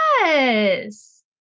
Yes